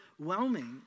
overwhelming